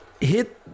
hit